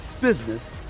business